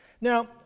Now